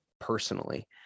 personally